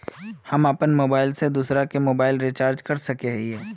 हम अपन मोबाईल से दूसरा के मोबाईल रिचार्ज कर सके हिये?